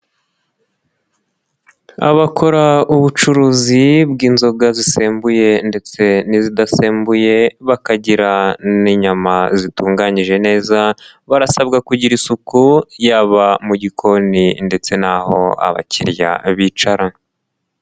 Abakora ubucuruzi bw'inzoga zisembuye ndetse n'izidasembuye, bakagira n'inyama zitunganyije neza, barasabwa kugira isuku yaba mu gikoni ndetse na ho abakiriya bicara.